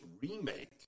remake